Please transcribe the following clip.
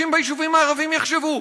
ביישובים הערביים יחשבו?